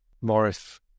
Morris